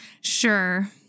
Sure